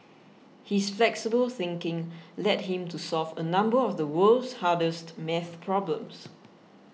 his flexible thinking led him to solve a number of the world's hardest maths problems